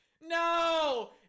No